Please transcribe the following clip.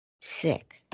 sick